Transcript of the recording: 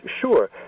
Sure